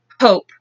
hope